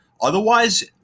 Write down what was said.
otherwise